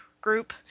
group